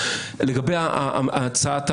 לגבי ההצעה,